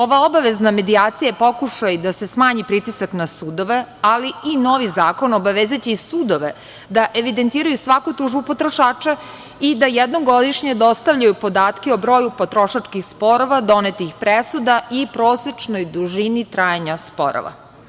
Ova obavezna medijacija je pokušaj da se smanji pritisak na sudove, ali i novi zakon obavezaće i sudove da evidentiraju svaku tužbu potrošača i da jednom godišnje dostavljaju podatke o broju potrošačkih sporova, donetih presuda i prosečnoj dužini trajanja sporova.